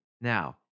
Now